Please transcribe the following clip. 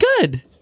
good